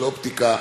אופטיקה,